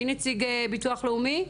מי נציג ביטוח לאומי?